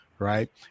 Right